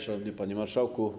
Szanowny Panie Marszałku!